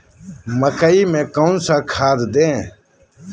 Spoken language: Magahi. मकई में कौन सा खाद दे?